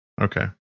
Okay